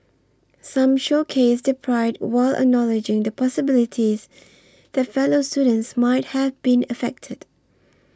some showcased their pride while acknowledging the possibility that fellow students might have been affected